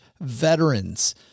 Veterans